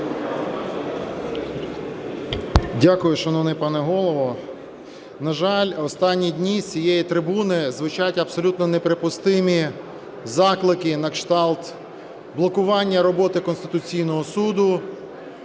Дякую, шановний пане Голово. На жаль, останні дні з цієї трибуни звучать абсолютно неприпустимі заклики, на кшталт блокування роботи Конституційного Суду,